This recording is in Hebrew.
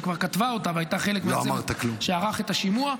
שכבר כתבה אותה והייתה חלק מהצוות שערך את השימוע.